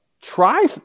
try